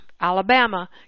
Alabama